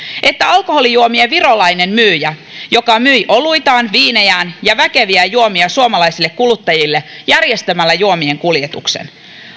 että alkoholijuomien virolainen myyjä joka myi oluitaan viinejään ja väkeviä juomia suomalaisille kuluttajille ja järjesti juomien kuljetuksen